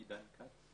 עידן כץ.